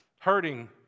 Hurting